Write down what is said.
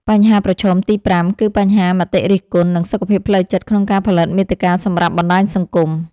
បញ្ហាប្រឈមទី៥ គឺបញ្ហាមតិរិះគន់ និងសុខភាពផ្លូវចិត្តក្នុងការផលិតមាតិកាសម្រាប់បណ្ដាញសង្គម។